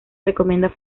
recomienda